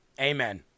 amen